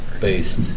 based